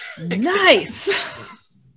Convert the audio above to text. Nice